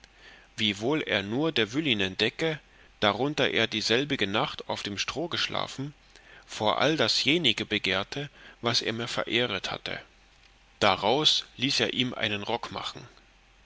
wiewohl er nur der wüllinen decke darunter er dieselbige nacht auf dem stroh geschlafen vor all dasjenige begehrte das er mir verehret hatte daraus ließ er ihm einen rock machen